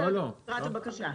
רק אגרת הבקשה.